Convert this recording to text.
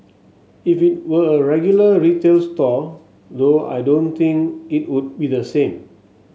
if it were a regular retail store though I don't think it would be the same